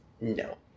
No